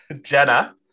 Jenna